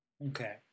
Okay